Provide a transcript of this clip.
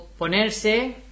ponerse